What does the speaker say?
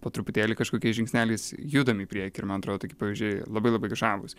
po truputėlį kažkokiais žingsneliais judam į priekį ir man atrodo tokie pavyzdžiai labai labai žavūs